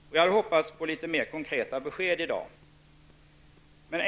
Jag hade i dag hoppats på litet mer konkreta besked.